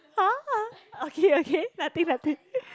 !huh! okay okay nothing nothing